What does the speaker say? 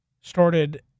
Started